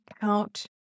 count